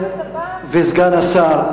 וסגן השר,